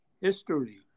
history